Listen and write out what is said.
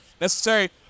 necessary